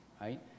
right